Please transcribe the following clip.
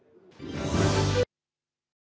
Дякую.